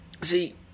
See